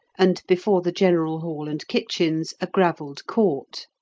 and before the general hall and kitchens a gravelled court.